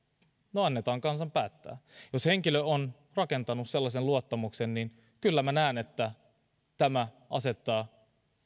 no annetaan kansan päättää jos henkilö on rakentanut sellaisen luottamuksen niin kyllä näen että tämä asettaa